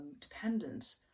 dependent